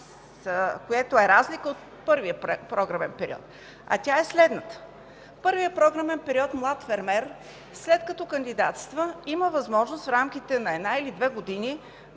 което е разлика от първия програмен период. Тя е следната: първият програмен период млад фермер, след като кандидатства, има възможност в рамките на една или две години